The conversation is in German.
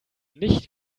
nicht